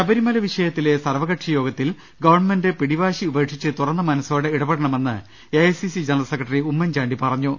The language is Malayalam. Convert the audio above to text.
ശബരിമല വിഷയത്തിലെ സർവ്വകക്ഷി യോഗത്തിൽ ഗവൺമെന്റ് പിടിവാശി ഉപേക്ഷിച്ച് തുറന്ന മനസ്സോടെ ഇടപെടണമെന്ന് AICC general secretary Oommen Chandy പറഞ്ഞു